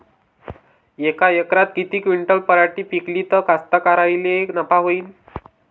यका एकरात किती क्विंटल पराटी पिकली त कास्तकाराइले नफा होईन?